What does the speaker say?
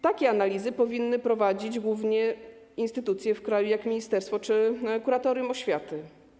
Takie analizy powinny prowadzić główne instytucje w kraju, np. ministerstwo czy kuratorium oświaty.